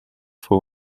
vor